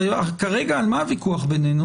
כרגע על מה הוויכוח בינינו